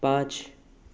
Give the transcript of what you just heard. पाँच